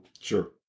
Sure